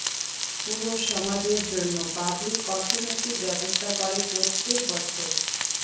পুরো সমাজের জন্য পাবলিক অর্থনৈতিক ব্যবস্থা করে প্রত্যেক বছর